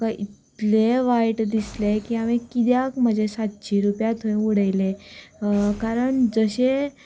म्हाका इतले वायट दिसले कित्याक हांवें म्हजें सातशें रुपया उडले कारण जशे